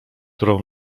którą